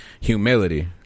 humility